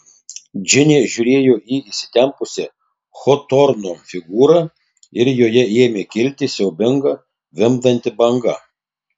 džinė žiūrėjo į įsitempusią hotorno figūrą ir joje ėmė kilti siaubinga vimdanti banga